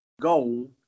goal